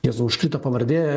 jėzau užkrito pavardė